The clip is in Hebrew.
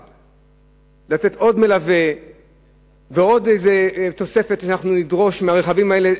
לתת עוד מלווה ועוד תוספת שאנחנו נדרוש מהרכבים האלה,